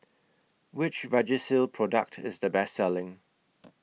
Which Vagisil Product IS The Best Selling